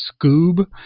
Scoob